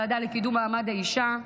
הוועדה לקידום מעמד האישה,